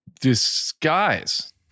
disguise